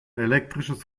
elektrisches